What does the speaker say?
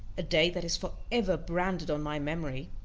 a day that is for ever branded on my memory,